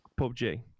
PUBG